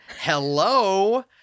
hello